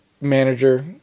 manager